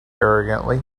arrogantly